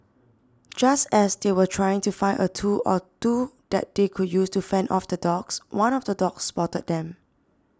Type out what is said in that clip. just as they were trying to find a tool or two that they could use to fend off the dogs one of the dogs spotted them